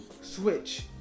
switch